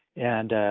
and